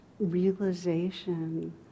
realization